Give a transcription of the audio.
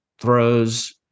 throws